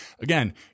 again